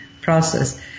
process